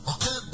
Okay